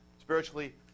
spiritually